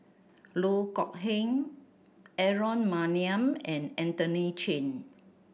Loh Kok Heng Aaron Maniam and Anthony Chen